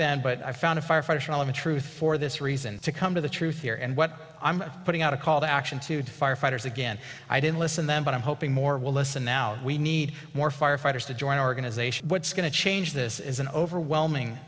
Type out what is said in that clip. then but i found a firefighter tional of the truth for this reason to come to the truth here and what i'm putting out a call to action to firefighters again i didn't listen then but i'm hoping more will listen now we need more firefighters to join organizations what's going to change this is an overwhelming